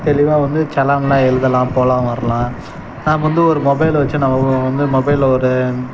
தெளிவாக வந்து செலான்லாம் எழுதலாம் போகலாம் வரலாம் நாம வந்து ஒரு மொபைலை வச்சு நம்ம வந்து மொபைலை ஒரு